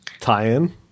Tie-in